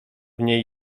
niej